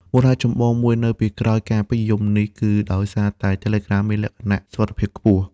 មូលហេតុចម្បងមួយនៅពីក្រោយការពេញនិយមនេះ គឺដោយសារតែ Telegram មានលក្ខណៈ សុវត្ថិភាពខ្ពស់។